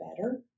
better